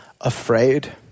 afraid